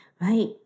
Right